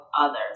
others